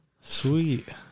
Sweet